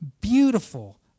beautiful